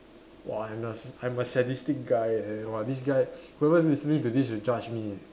!wah! I'm a I'm a sadistic guy leh !wah! this guy whoever is listening to this will judge me leh